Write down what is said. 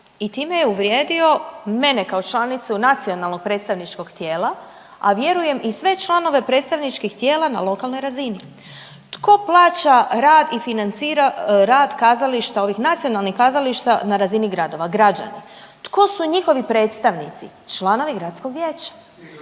i time je uvrijedio mene kao članicu nacionalnog predstavničkog tijela, a vjerujem i sve članove predstavničkih tijela na lokalnoj razini. Tko plaća rad i financira rad kazališta, ovih nacionalnih kazališta na razini gradova, građani. Tko su njihovi predstavnici, članovi gradskog vijeća